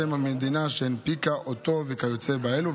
שם המדינה שהנפיקה אותו וכיוצא באלו,